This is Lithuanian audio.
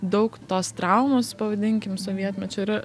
daug tos traumos pavadinkim sovietmečio yra